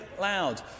loud